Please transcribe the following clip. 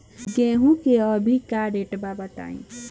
गेहूं के अभी का रेट बा बताई?